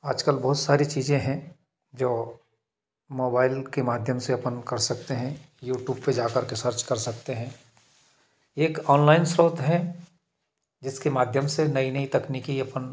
आजकल बहुत सारी चीज़ें हैं जो मोबाइल के माध्यम से अपन कर सकते हैं यूट्यूब पे जाकर के सर्च कर सकते हैं एक ऑनलाइन स्रोत है जिसके माध्यम से नई नई तकनीकी अपन